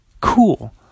cool